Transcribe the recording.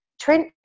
Trent